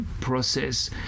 process